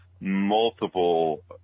multiple